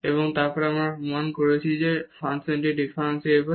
এবং তারপর আমরা প্রমাণ করেছি যে এই ফাংশনটি ডিফারেনশিবল